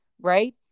right